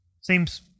Seems